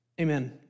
Amen